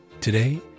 today